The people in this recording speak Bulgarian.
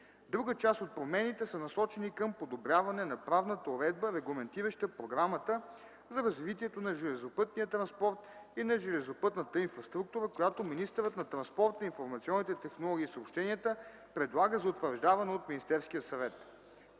Друга част от промените са насочени към подобряване на правната уредба, регламентираща програмата за развитието на железопътния транспорт и на железопътната инфраструктура, която министърът на транспорта, информационните технологии и съобщенията предлага за утвърждаване от Министерския съвет.